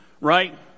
right